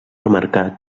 remarcar